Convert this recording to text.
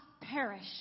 perish